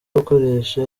gukoresha